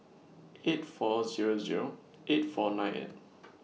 eight four Zero Zero eight four nine eight